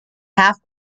half